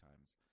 times